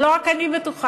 ולא רק אני בטוחה,